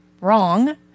wrong